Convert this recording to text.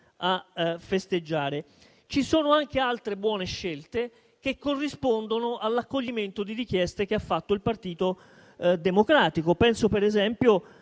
a festeggiare. Ci sono anche altre buone scelte che corrispondono all'accoglimento di richieste che ha fatto il Partito Democratico. Penso, ad esempio,